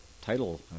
title